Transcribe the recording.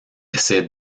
ces